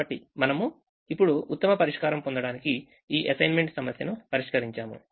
కాబట్టి మనము ఇప్పుడు ఉత్తమ పరిష్కారం పొందడానికి ఈ అసైన్మెంట్ సమస్యను పరిష్కరించాము